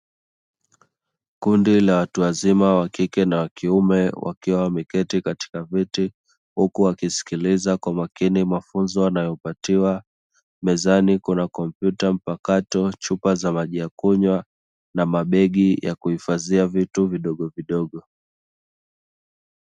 Kundi la watu wazima wa kike na wa kiume wakiwa wameketi katika viti huku wakisikiliza kwa makini mafunzo wanayopatiwa, mezani kuna kompyuta mpakato, chupa za maji ya kunywa na mabegi ya kuhifadhiwa vitu vidogovidogo.